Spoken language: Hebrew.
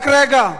רק רגע.